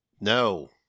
no